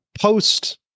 post